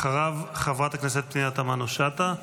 אחריו, חברת הכנסת פנינה תמנו שטה.